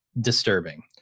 disturbing